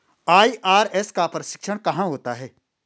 IRS का प्रशिक्षण कहाँ होता है?